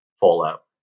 Fallout